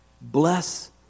Bless